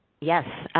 yes,